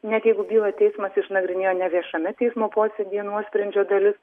net jeigu bylą teismas išnagrinėjo ne viešame teismo posėdyje nuosprendžio dalis